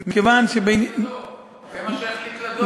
זה מה שהחליט לדור.